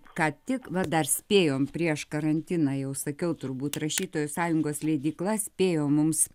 ką tik va dar spėjom prieš karantiną jau sakiau turbūt rašytojų sąjungos leidykla spėjo mums